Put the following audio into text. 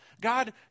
God